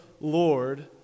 Lord